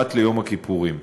פרט ליום הכיפורים.